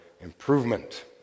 improvement